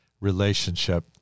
relationship